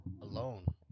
alone